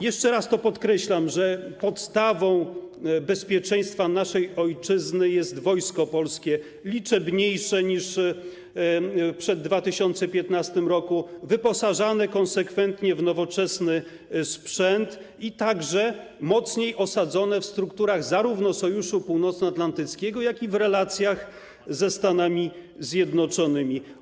Jeszcze raz podkreślam, że podstawą bezpieczeństwa naszej ojczyzny jest Wojsko Polskie, liczniejsze niż przed 2015 r., wyposażane konsekwentnie w nowoczesny sprzęt i mocniej osadzone w strukturach zarówno Sojuszu Północnoatlantyckiego, jak i w relacjach ze Stanami Zjednoczonymi.